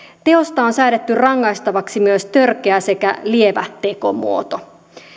teosta on säädetty rangaistavaksi myös törkeä sekä lievä tekomuoto